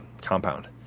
compound